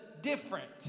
different